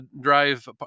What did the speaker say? drive